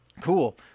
Cool